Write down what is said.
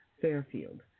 Fairfield